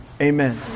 amen